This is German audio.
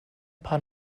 paar